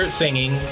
singing